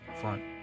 front